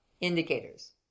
indicators